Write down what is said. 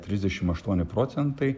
trisdešimt aštuoni procentai